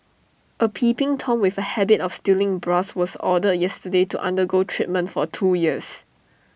A peeping Tom with A habit of stealing bras was ordered yesterday to undergo treatment for two years